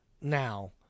now